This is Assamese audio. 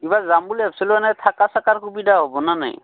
এইবাৰ যাম বুলি ভাবিছিলোঁ এনে থকা চকাৰ সুবিধা হ'ব নে নাই